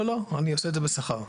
לא, אני עושה זאת בשכר.